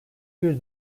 bir